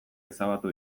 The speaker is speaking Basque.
ezabatu